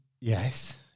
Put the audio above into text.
yes